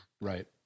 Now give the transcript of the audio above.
Right